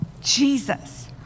Jesus